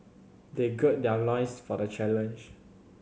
they gird their loins for the challenge